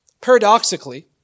Paradoxically